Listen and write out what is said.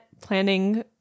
planning